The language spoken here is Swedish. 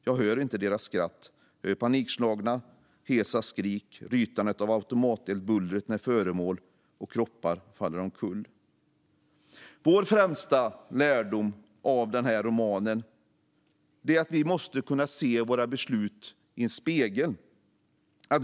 Jag hör inte deras skratt. Jag hör panikslagna, hesa skrik, rytandet av automateld, bullret när föremål och kroppar kastas omkull." Vår främsta lärdom av den här romanen är att vi måste kunna se våra beslut i en spegel.